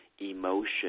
emotion